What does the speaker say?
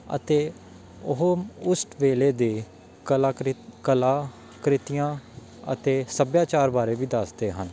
ਅਤੇ ਉਹ ਉਸ ਵੇਲੇ ਦੇ ਕਲਾ ਕ੍ਰਿਤ ਕਲਾ ਕ੍ਰਿਤੀਆਂ ਅਤੇ ਸੱਭਿਆਚਾਰ ਬਾਰੇ ਵੀ ਦੱਸਦੇ ਹਨ